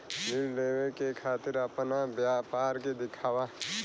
ऋण लेवे के खातिर अपना व्यापार के दिखावा?